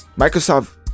Microsoft